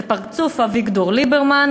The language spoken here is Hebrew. ופרצוף אביגדור ליברמן,